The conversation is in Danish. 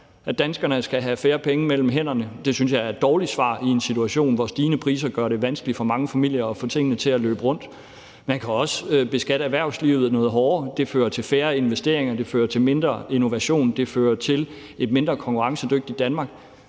At danskerne skal have færre penge mellem hænderne, synes jeg er et dårligt svar i en situation, hvor stigende priser gør det vanskeligt for mange familier at få tingene til at løbe rundt. Man kan også beskatte erhvervslivet noget hårdere, og det fører til færre investeringer, det fører til mindre innovation, det fører til et mindre konkurrencedygtigt Danmark.